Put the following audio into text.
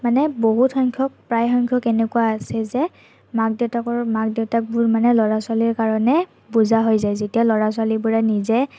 মানে বহুত সংখ্যক প্ৰায়সংখ্যক এনেকুৱা আছে যে মাক দেউতাকৰ মাক দেউতাকবোৰ মানে ল'ৰা ছোৱালীৰ কাৰণে বোজা হৈ যায় যেতিয়া ল'ৰা ছোৱালীবোৰে নিজে